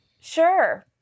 sure